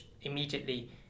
immediately